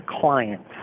clients